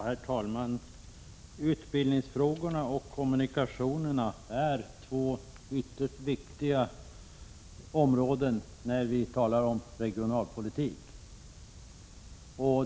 Herr talman! Utbildningsfrågorna och kommunikationerna är två ytterst viktiga områden när vi talar om regionalpolitik.